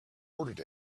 ordered